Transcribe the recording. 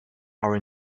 are